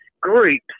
groups